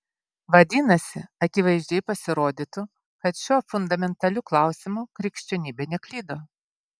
vadinasi akivaizdžiai pasirodytų kad šiuo fundamentaliu klausimu krikščionybė neklydo